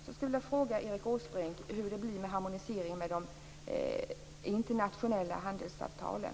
Erik Åsbrink, hur blir det alltså med harmoniseringen med de internationella handelsavtalen?